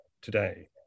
today